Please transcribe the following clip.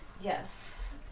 Yes